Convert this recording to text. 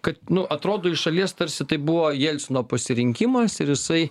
kad nu atrodo iš šalies tarsi tai buvo jelcino pasirinkimas ir jisai